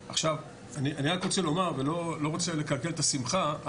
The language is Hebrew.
אני רק רוצה לומר ולא רוצה לקלקל את ה שמחה,